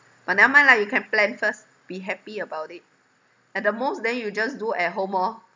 but never mind lah you can plan first be happy about it at the most then you just do at home orh